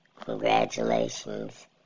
Congratulations